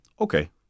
okay